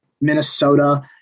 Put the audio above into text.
Minnesota